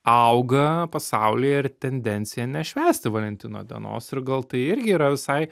auga pasaulyje ir tendencija nešvęsti valentino dienos ir gal tai irgi yra visai